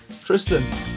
Tristan